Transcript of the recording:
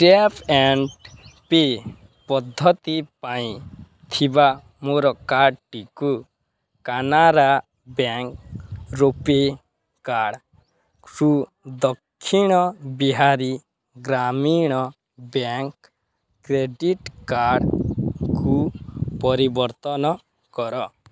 tap and pay ପଦ୍ଧତି ପାଇଁ ଥିବା ମୋର କାର୍ଡ୍ଟିକୁ କାନାରା ବ୍ୟାଙ୍କ୍ ରୂପୈ କାର୍ଡ଼୍ରୁ ଦକ୍ଷିଣ ବିହାରୀ ଗ୍ରାମୀଣ ବ୍ୟାଙ୍କ୍ କ୍ରେଡ଼ିଟ୍ କାର୍ଡ଼୍କୁ ପରିବର୍ତ୍ତନ କର